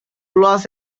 los